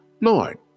Lord